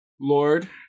Lord